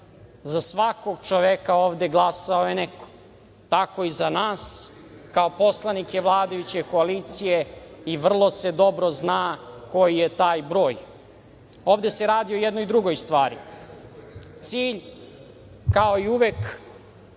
za svakog čoveka ovde glasao je neko, tako i za nas, kao poslanike vladajuće koalicije i vrlo se dobro zna koji je taj broj. Ovde se radi o jednoj drugoj stvari. Cilj, kao i uvek,